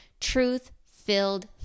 truth-filled